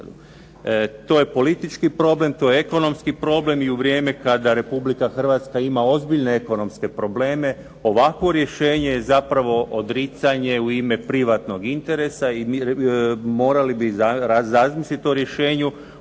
To je politički problem, to je ekonomski problem i u vrijeme kada Republika Hrvatska ima ozbiljne ekonomske probleme ovakvo rješenje je zapravo odricanje u ime privatnog interesa i morali bi razmisliti o rješenju